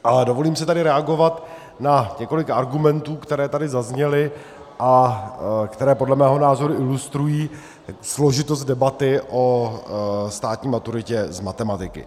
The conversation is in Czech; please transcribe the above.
Ale dovolím si tady reagovat na několik argumentů, které tady zazněly a které podle mého názoru ilustrují složitost debaty o státní maturitě z matematiky.